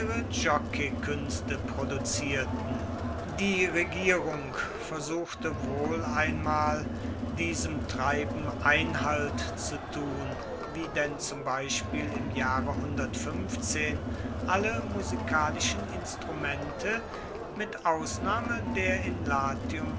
jockeykünste produzierten die regierung versuchte wohl einmal diesem treiben einhalt zu tun wie denn zum beispiel im jahre alle musikalischen instrumente mit ausnahme der in latium